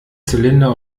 zylinder